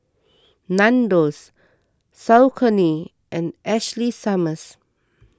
Nandos Saucony and Ashley Summers